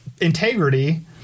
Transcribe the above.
integrity